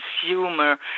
consumer